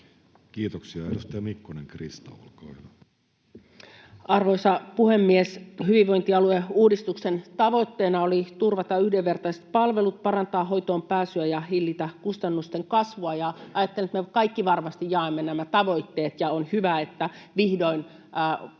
Kiitoksia. — Edustaja Mikkonen, Krista, olkaa hyvä. Arvoisa puhemies! Hyvinvointialueuudistuksen tavoitteena oli turvata yhdenvertaiset palvelut, parantaa hoitoonpääsyä ja hillitä kustannusten kasvua. Ajattelen, että me kaikki varmasti jaamme nämä tavoitteet, ja on hyvä, että vihdoin on